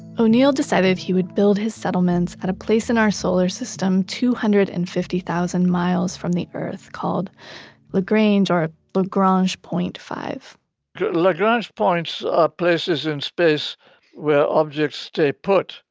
o'neill decided he would build his settlements at a place in our solar system two hundred and fifty thousand miles from the earth called lagrange, or ah lagrange point five point lagrange points are places in space where objects stay put.